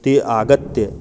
ते आगत्य